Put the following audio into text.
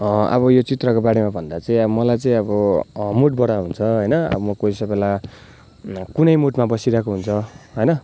अब यो चित्रको बारेमा भन्दा चाहिँ अब मलाई चाहिँ अब मुडबाट हुन्छ होइन अब म कसै बेला कुनै मुडमा बसिराको हुन्छ होइन